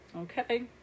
Okay